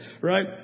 Right